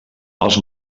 els